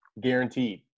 guaranteed